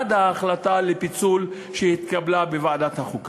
אנחנו בעד ההחלטה על פיצול שהתקבלה בוועדת החוקה.